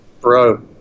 Bro